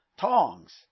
tongs